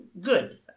good